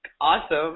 awesome